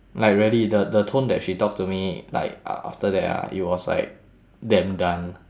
like really the the tone that she talk to me like af~ after that ah it was like damn done